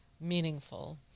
meaningful